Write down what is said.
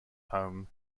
home